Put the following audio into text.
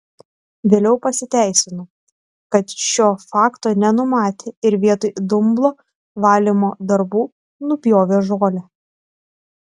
vėliau pasiteisino kad šio fakto nenumatė ir vietoj dumblo valymo darbų nupjovė žolę